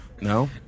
No